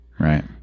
Right